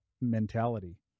mentality